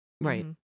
Right